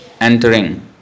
Entering